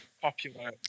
popular